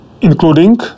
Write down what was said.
including